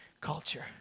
culture